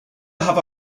have